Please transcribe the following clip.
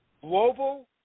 global